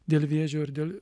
dėl vėžio ir dėl